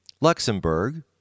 Luxembourg